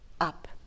up